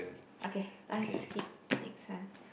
okay 来 skip next one